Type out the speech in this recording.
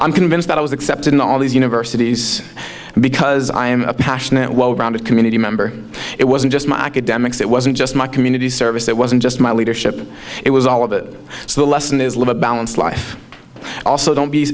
i'm convinced that i was accepted in all these universities because i am a passionate well rounded community member it wasn't just my academics it wasn't just my community service it wasn't just my leadership it was all of it so the lesson is live a balanced life also don't be